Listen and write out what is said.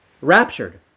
raptured